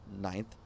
ninth